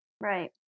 Right